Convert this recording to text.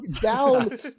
down